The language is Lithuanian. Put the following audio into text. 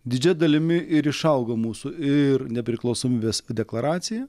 didžia dalimi ir išaugo mūsų ir nepriklausomybės deklaracija